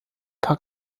paar